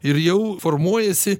ir jau formuojasi